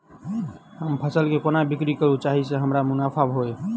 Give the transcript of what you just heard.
हम फसल केँ कोना बिक्री करू जाहि सँ हमरा मुनाफा होइ?